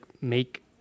make